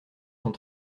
sont